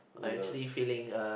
I actually feeling uh